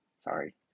sorry